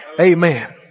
Amen